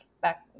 back